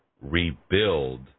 rebuild